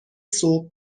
صبح